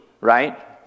Right